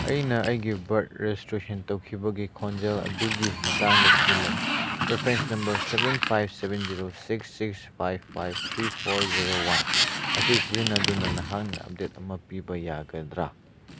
ꯑꯩꯅ ꯑꯩꯒꯤ birth registration ꯇꯧꯈꯤꯕꯒꯤ ꯈꯣꯡꯖꯦꯜ ꯑꯗꯨꯒꯤ ꯃꯇꯥꯡꯗ ꯊꯤꯖꯤꯜꯂꯤ reference number seven five seven zero six six five five three four zero one ꯑꯁꯤ ꯁꯤꯖꯤꯟꯅꯗꯨꯅ ꯅꯍꯥꯛꯅ ꯑꯞꯗꯦꯠ ꯑꯃ ꯄꯤꯕ ꯌꯥꯒꯗ꯭ꯔ